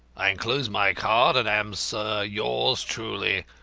i enclose my card, and am, sir, yours truly,